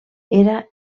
era